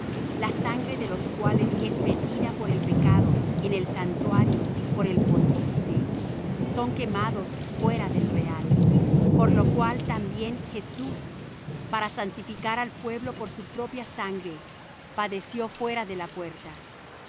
la sangre de los cuales es metida por el pecado en el santuario por el pontífice son quemados fuera del real por lo cual también jesús para santificar al pueblo por su propia sangre padeció fuera de la puerta